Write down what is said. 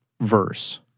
verse